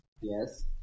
Yes